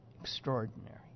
Extraordinary